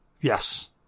Yes